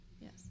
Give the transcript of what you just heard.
yes